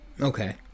Okay